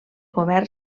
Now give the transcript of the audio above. govern